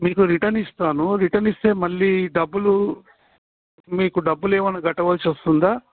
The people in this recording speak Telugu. మీకు రిటర్న్ ఇస్తాను రిటర్న్ ఇస్తే మళ్ళీ డబ్బులు మీకు డబ్బులు ఏమైన్నా కట్టవల్సి వస్తుందా